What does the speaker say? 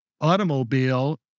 automobile